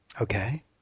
Okay